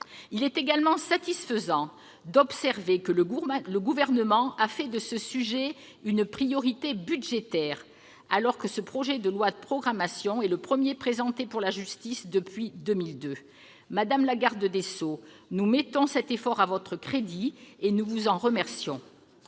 Il est également satisfaisant d'observer que le Gouvernement a fait de ce sujet une priorité budgétaire, alors que ce projet de loi de programmation est le premier présenté pour la justice depuis 2002. Madame la garde des sceaux, nous mettons cet effort à votre crédit, et nous vous en remercions.